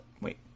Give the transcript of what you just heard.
Wait